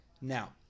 Now